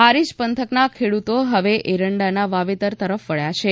હારીજ પંથકના ખેડૂતો હવે એરંડાના વાવેતર તરફ વળ્યા છે